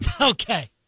Okay